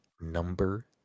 number